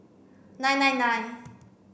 nine nine nine